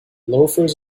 loafers